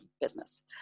business